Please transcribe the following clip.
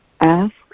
Ask